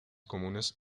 comunes